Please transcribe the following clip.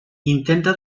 intenta